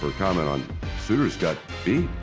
comment on sutter's got beat,